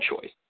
choice